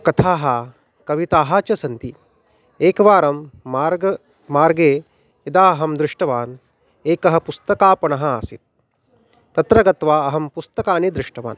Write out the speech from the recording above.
कथाः कविताः च सन्ति एकवारं मार्गे मार्गे यदा अहं दृष्टवान् एकः पुस्तकापणः आसीत् तत्र गत्वा अहं पुस्तकानि दृष्टवान्